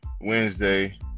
Wednesday